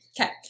Okay